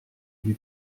lui